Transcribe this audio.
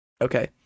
okay